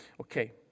Okay